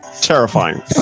Terrifying